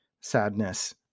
sadness